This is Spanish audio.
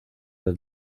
del